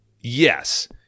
Yes